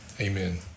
Amen